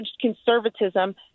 conservatism